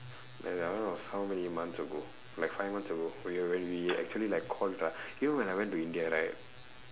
ya that one was how many months ago like five months ago when we actually like call ra~ you know when I went to india right